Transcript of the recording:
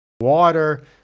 water